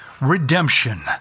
redemption